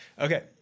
Okay